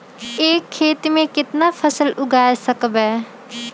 एक खेत मे केतना फसल उगाय सकबै?